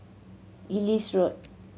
Ellis Road